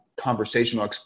conversational